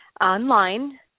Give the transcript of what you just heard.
online